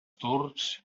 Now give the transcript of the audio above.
turcs